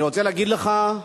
אני רוצה להגיד לך,